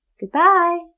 Goodbye